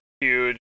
huge